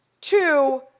Two